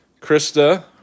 Krista